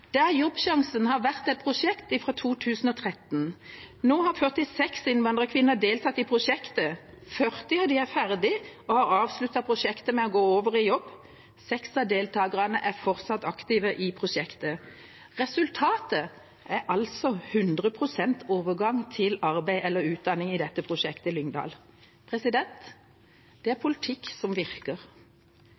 der Jobbsjansen har vært et prosjekt fra 2013. Nå har 46 innvandrerkvinner deltatt i prosjektet. 40 av dem er ferdig og har avsluttet prosjektet med å gå over i jobb. Seks av deltakerne er fortsatt aktive i prosjektet. Resultatet er altså 100 pst. overgang til arbeid eller utdanning i dette prosjektet i Lyngdal. Det er politikk som virker.